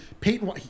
Peyton